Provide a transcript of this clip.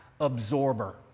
absorber